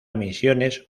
misiones